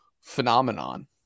phenomenon